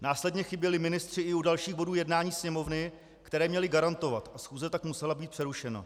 Následně chyběli ministři i u dalších bodů jednání Sněmovny, které měli garantovat, a schůze tak musela být přerušena.